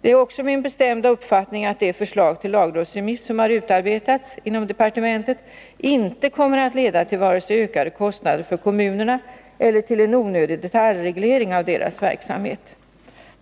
Det är också min bestämda uppfattning att det förslag till lagrådsremiss som utarbetats inom departementet inte kommer att leda till vare sig ökade kostnader för kommunerna eller till en onödig detaljreglering av deras verksamhet.